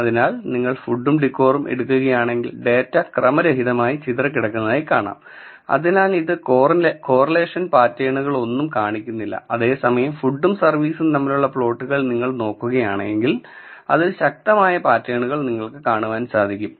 അതിനാൽ നിങ്ങൾ ഫുഡും ഡികോറും എടുക്കുകയാണെങ്കിൽ ഡാറ്റ ക്രമരഹിതമായി ചിതറിക്കിടക്കുന്നതായി കാണാം അതിനാൽ ഇത് കോറിലേഷൻ പാറ്റേണുകളൊന്നും കാണിക്കുന്നില്ല അതേസമയം ഫുഡും സർവീസും തമ്മിലുള്ള പ്ലോട്ടുകൾ നിങ്ങൾ നോക്കുകയാണെങ്കിൽ അതിൽ ശക്തമായ പാറ്റേണുകൾ നിങ്ങൾക്ക് കാണുവാൻ സാധിക്കും